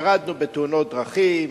ירדנו בתאונות דרכים,